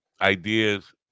ideas